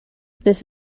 this